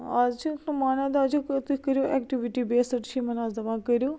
آز چھِکھ نہٕ مانان دَپان چھِکھ تُہۍ کٔرو ایٚکٹوِٹی بیسٕڈ چھِ یِمن آز دَپان کٔرو